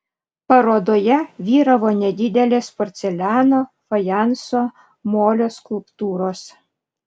parodoje vyravo nedidelės porceliano fajanso molio skulptūros